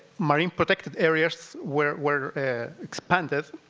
marine protected areas were were expanded,